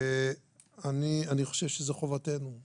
ואני חושב שזו חובתנו לדאוג,